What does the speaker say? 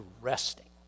resting